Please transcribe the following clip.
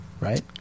right